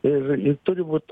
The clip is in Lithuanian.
ir ir turi būt